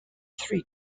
three